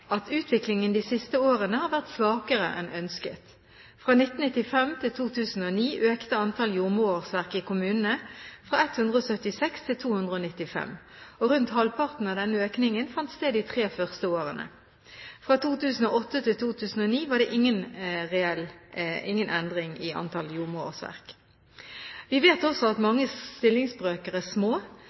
at utviklingen de siste årene har vært svakere enn ønsket. Fra 1995 til 2009 økte antall jordmorårsverk i kommunene fra 176 til 295. Rundt halvparten av denne økningen fant sted de tre første årene. Fra 2008 til 2009 var det ingen endring i antall jordmorårsverk. Vi vet også at mange stillingsbrøker er små,